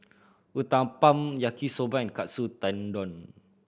Uthapam Yaki Soba and Katsu Tendon